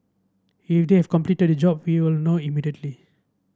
if they have completed the job we will know immediately